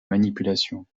manipulation